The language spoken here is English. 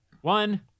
One